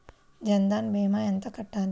జన్ధన్ భీమా ఎంత కట్టాలి?